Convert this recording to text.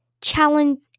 challenge